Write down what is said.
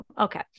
okay